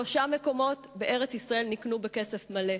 שלושה מקומות בארץ-ישראל נקנו בכסף מלא: